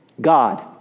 God